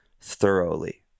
thoroughly